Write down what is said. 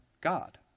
God